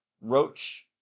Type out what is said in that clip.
roach